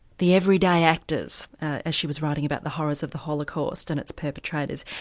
the everyday actors as she was writing about the horrors of the holocaust and its perpetrators.